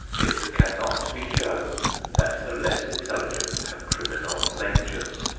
it cannot be shown that the less intelligent have criminal natures.